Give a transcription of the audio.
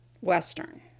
Western